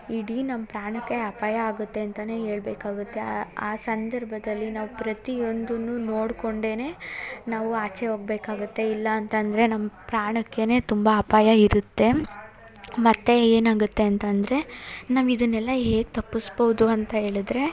ಇಡೀ ನಮ್ಮ ಪ್ರಾಣಕ್ಕೆ ಅಪಾಯ ಆಗುತ್ತೆ ಅಂತ ಹೇಳ್ಬೇಕಾಗುತ್ತೆ ಆ ಆ ಸಂದರ್ಭದಲ್ಲಿ ನಾವು ಪ್ರತಿಯೊಂದನ್ನು ನೋಡ್ಕೊಂಡೇ ನಾವು ಆಚೆ ಹೋಗ್ಬೇಕಾಗತ್ತೆ ಇಲ್ಲಾಂತಂದರೆ ನಮ್ಮ ಪ್ರಾಣಕ್ಕೆ ತುಂಬ ಅಪಾಯ ಇರುತ್ತೆ ಮತ್ತು ಏನಾಗುತ್ತೆ ಅಂತಂದರೆ ನಾವು ಇದನ್ನೆಲ್ಲ ಹೇಗೆ ತಪ್ಪಸ್ಬೋದು ಅಂತ ಹೇಳಿದ್ರೆ